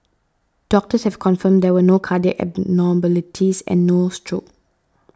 doctors have confirmed there were no cardiac abnormalities and no stroke